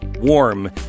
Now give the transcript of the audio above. warm